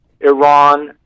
Iran